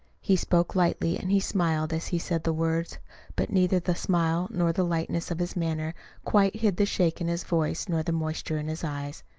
he spoke lightly, and he smiled as he said the words but neither the smile nor the lightness of his manner quite hid the shake in his voice nor the moisture in his eyes.